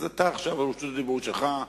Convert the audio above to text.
אז עכשיו רשות הדיבור שלך.